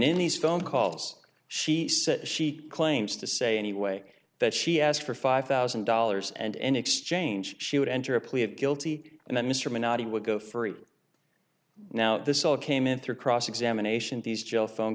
in these phone calls she said she claims to say anyway that she asked for five thousand dollars and in exchange she would enter a plea of guilty and that mr menotti would go free now this all came in through cross examination these jail phone